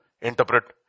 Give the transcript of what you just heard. interpret